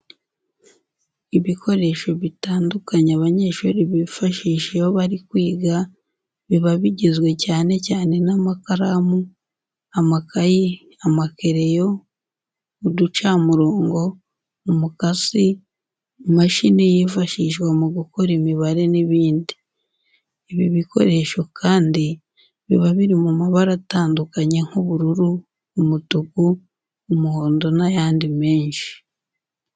Ibikoresho bitandukanye abanyeshuri bifashisha iyo bari kwiga, biba bigizwe cyane cyane n'amakaramu, amakayi, amakereyo, uducamurongo, umukasi, imashini yifashishwa mu gukora imibare n'ibindi. Ibi bikoresho kandi biba biri mu mabara atandukanye nk'ubururu, umutuku, umuhondo n'ayandi menshi.